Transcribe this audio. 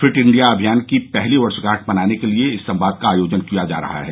fit India अभियान की पहली वर्षगांठ मनाने के लिए इस संवाद का आयोजन किया जा रहा है